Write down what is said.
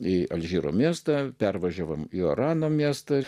į alžyro miestą pervažiavome į orano miestą